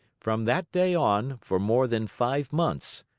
from that day on, for more than five months,